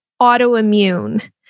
autoimmune